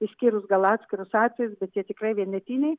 išskyrus gal atskirus atvejus bet jie tikrai vienetiniai